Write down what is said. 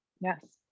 yes